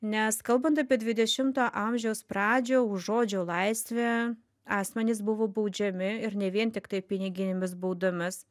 nes kalbant apie dvidešimto amžiaus pradžią už žodžio laisvę asmenys buvo baudžiami ir ne vien tiktai piniginėmis baudomis